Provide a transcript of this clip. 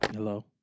Hello